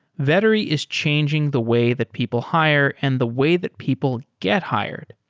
vettery is changing the way that people hire and the way that people get hired.